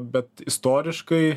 bet istoriškai